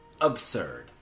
absurd